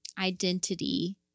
identity